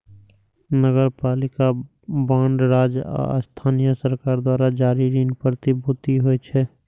नगरपालिका बांड राज्य आ स्थानीय सरकार द्वारा जारी ऋण प्रतिभूति होइ छै